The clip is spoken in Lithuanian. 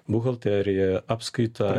buhalterija apskaita